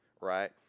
right